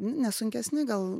nu ne sunkesni gal